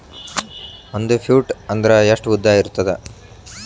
ಒಂದು ಫೂಟ್ ಅಂದ್ರೆ ಎಷ್ಟು ಉದ್ದ ಇರುತ್ತದ?